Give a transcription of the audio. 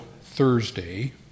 Thursday